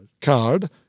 card